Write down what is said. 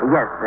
Yes